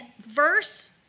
verse